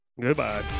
Goodbye